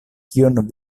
kion